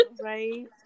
Right